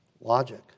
logic